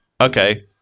okay